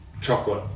chocolate